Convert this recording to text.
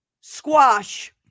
squash